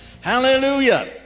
Hallelujah